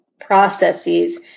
processes